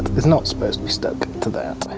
is not supposed to be stuck to that.